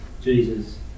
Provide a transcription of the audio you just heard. Jesus